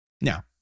Now